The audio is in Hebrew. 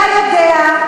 אתה יודע,